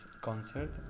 concert